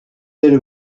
elles